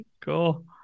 Cool